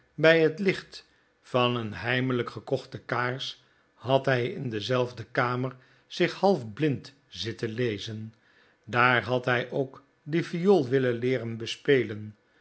bij het licht van een heimelijk gekochte kaars had hij in diezelfde kamer zich half blind zitten lezen daar had hij ook de viool willen leeren bespelen